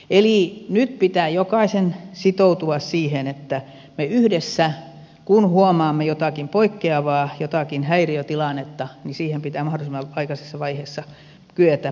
eli nyt pitää jokaisen sitoutua siihen että kun huomaamme jotakin poikkeavaa jonkin häiriötilanteen niin siihen mahdollisimman aikaisessa vaiheessa yhdessä puutumme